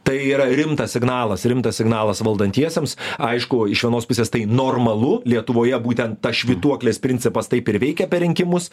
tai yra rimtas signalas rimtas signalas valdantiesiems aišku iš vienos pusės tai normalu lietuvoje būtent tas švytuoklės principas taip ir veikia per rinkimus